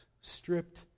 stripped